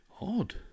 Odd